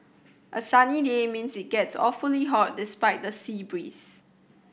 a sunny day means it gets awfully hot despite the sea breeze